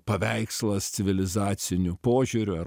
paveikslas civilizaciniu požiūriu ar